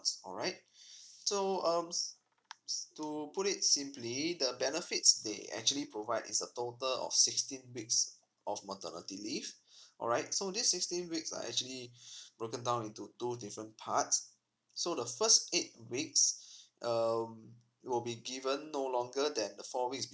alright so um to put it simply simply need a benefits they actually provides a total of sixteen weeks of maternity leave alright so this sixteen weeks are actually broken down into two different parts so the first eight weeks um it will be given no longer than the four weeks